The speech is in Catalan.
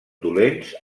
dolents